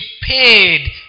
paid